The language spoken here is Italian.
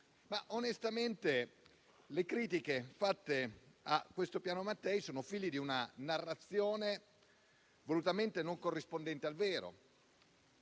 onestamente però le critiche fatte a questo Piano Mattei sono figlie di una narrazione volutamente non corrispondente al vero.